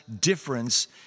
difference